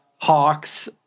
Hawks